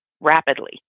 rapidly